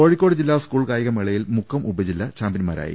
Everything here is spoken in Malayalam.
കോഴിക്കോട് ജില്ലാ സ്കൂൾ കായികമേളയിൽ മുക്കം ഉപജില്ല ചാമ്പ്യൻമാരായി